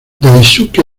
daisuke